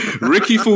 Ricky